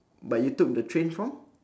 but you took the train from